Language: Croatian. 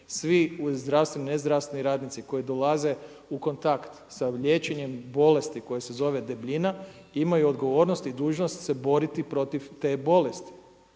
svi zdravstveni, nezdravstveni radnici koji dolaze u kontakt sa liječenjem bolesti koja se zove debljina imaju odgovornost i dužnost se boriti protiv te bolesti.